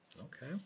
Okay